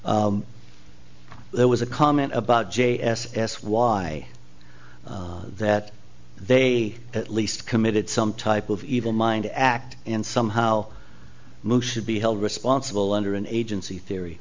there was a comment about j s s y that they at least committed some type of evil mind act and somehow should be held responsible under an agency theory